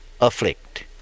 afflict